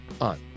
on